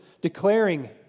Declaring